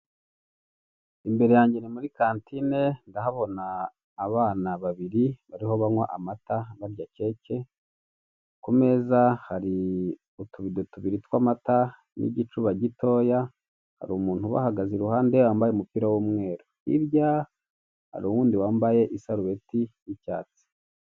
Imbere yange ni muri kantine ndahabona abana babiri bariho banywa amata barya keke, ku meza hari utubido tubiri tw'amata n'igicuba gitoya, hari umuntu ubagagaze iruhande wambaye umupira w'umweru, hirya hari uwundi wambaye isarubeti y'icyatsi.